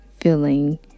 feeling